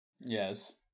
Yes